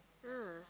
ah